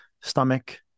stomach